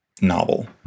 novel